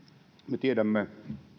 me tiedämme